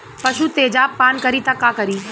पशु तेजाब पान करी त का करी?